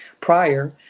prior